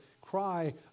cry